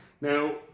Now